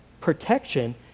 protection